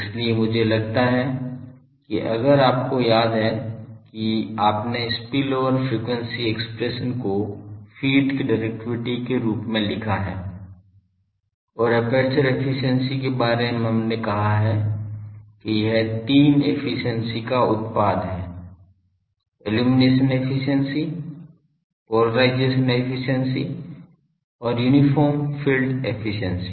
इसलिए मुझे लगता है कि अगर आपको याद है कि आपने स्पिलओवर एफिशिएंसी एक्सप्रेशन को फ़ीड की डिरेक्टिविटी के रूप में लिखा है और एपर्चर एफिशिएंसी के बारे में हमने कहा है कि यह तीन एफिशिएंसी का उत्पाद है इल्लुमिनेशन एफिशिएंसी पोलेराइज़ेशन एफिशिएंसी और यूनिफार्म फील्ड एफिशिएंसी